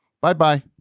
Bye-bye